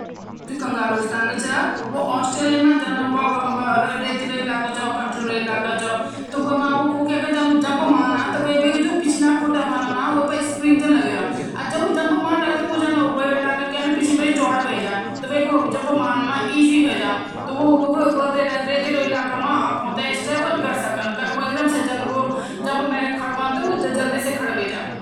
हमारी संस्कृति मा सब्सिडी ज्यादा पसंदीदा पारम्परिक भोजन छन अरसा रोट आलू का गुटका भट्ट की चूरकानी फाणु कढ़ी चावल आदि